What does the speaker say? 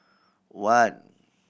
one